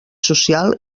social